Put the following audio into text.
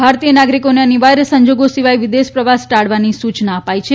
ભારતીય નાગરિકોને અનિવાર્ય સંજોગો સિવાય વિદેશ પ્રવાસ ટાળવાની સૂચના અપાઈ છે